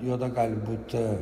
juoda gali būt